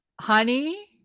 honey